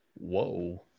Whoa